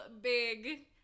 big